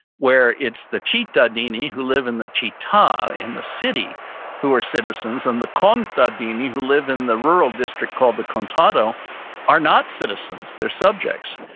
where it's the titadine who who live in the tetons in the city who are citizens and the contadine who live in the rural district called the cantado are not citizens they're subjects.